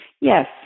Yes